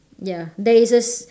ya there is a